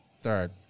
third